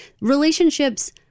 relationships